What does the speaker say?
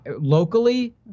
locally